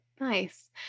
Nice